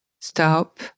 stop